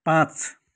पाँच